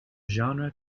genre